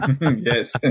Yes